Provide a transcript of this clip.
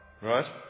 right